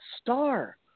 star